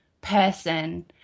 person